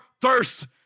thirst